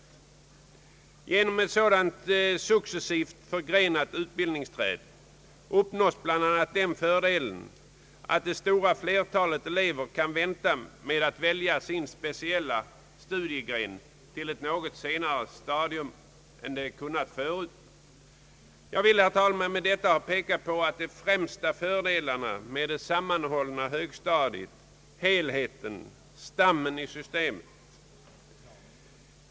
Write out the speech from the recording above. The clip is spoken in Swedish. Genom ett sådant successivt förgrenat utbildningsträd uppnås bl.a. den fördelen, att det stora flertalet elever kan vänta med att välja sin speciella studiegren till ett något senare stadium än de kunnat förut. Jag vill, herr talman, med detta ha pekat på en av de främsta fördelarna med det sammanhållna högstadiet, helheten, stammen i systemet.